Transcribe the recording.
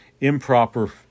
improper